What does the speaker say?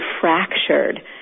fractured